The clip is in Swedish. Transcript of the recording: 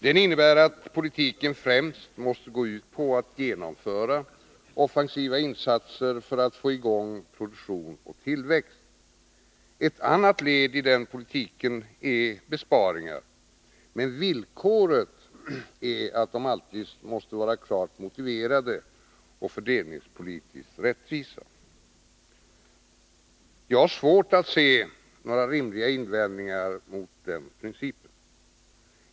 Den innebär att politiken främst måste gå ut på att genomföra offensiva insatser för att få i gång produktion och tillväxt. Ett annat led i denna politik är besparingar. Men villkoret är att de alltid måste vara klart motiverade och fördelningspolitiskt rättvisa. Jag har svårt att se några rimliga invändningar mot denna princip.